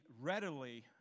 readily